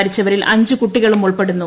മരിച്ചവരിൽ അഞ്ച് കുട്ടികളും ഉൾപ്പെടുന്നു